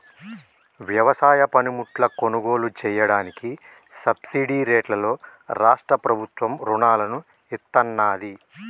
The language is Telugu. వ్యవసాయ పనిముట్లు కొనుగోలు చెయ్యడానికి సబ్సిడీ రేట్లలో రాష్ట్ర ప్రభుత్వం రుణాలను ఇత్తన్నాది